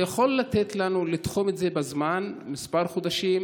אתה יכול לתחום את זה בזמן, במספר חודשים?